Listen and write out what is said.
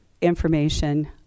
information